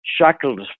Shackled